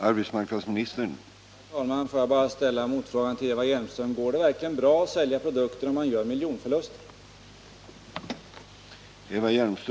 Herr talman! Får jag bara ställa en motfråga till Eva Hjelmström: Går det verkligen bra att sälja produkter om man gör miljonförluster?